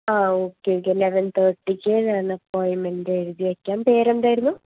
ആ okay okay eleven തേർട്ടിക്ക് ഞാൻ അപ്പോയ്മെൻറ്റ് എഴുതിയേക്കാം പേര് എന്തായിരുന്നു